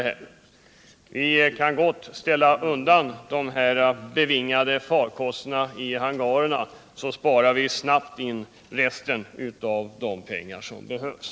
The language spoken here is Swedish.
Men vi kan gott ställa undan de bevingade farkosterna i hangarerna, så spar vi snabbt in resten av de pengar som behövs.